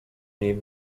niej